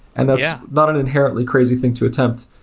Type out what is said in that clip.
and that's yeah not an inherently crazy thing to attempt.